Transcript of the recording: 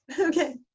Okay